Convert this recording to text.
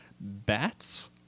Bats